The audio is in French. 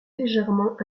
légèrement